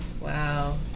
Wow